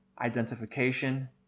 identification